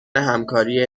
همکاری